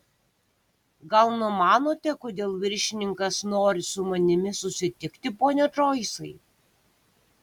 gal numanote kodėl viršininkas nori su manimi susitikti pone džoisai